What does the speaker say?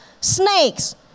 snakes